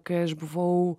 kai aš buvau